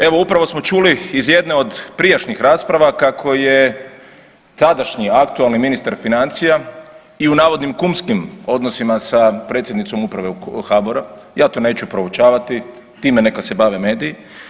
Evo upravo smo čuli iz jedne od prijašnjih rasprava kako je tadašnji aktualni ministar financija i u navodnim kumskim odnosima sa predsjednicom uprave HBOR-a, ja to neću proučavati, time neka se bave mediji.